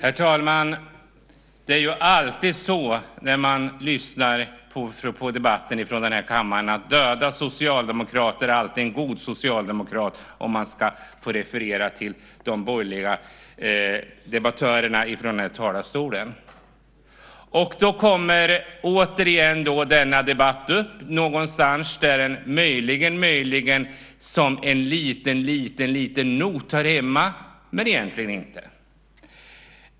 Fru talman! Det är alltid så när man lyssnar på debatten i kammaren att en död socialdemokrat är en god socialdemokrat, om man ska referera till de borgerliga debattörerna i talarstolen. Då dyker återigen denna debatt upp från någonstans där den, möjligen som en liten not, hör hemma - men egentligen inte.